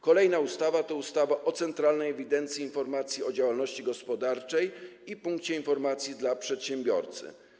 Kolejna ustawa to ustawa o Centralnej Ewidencji i Informacji o Działalności Gospodarczej i Punkcie Informacji dla Przedsiębiorcy.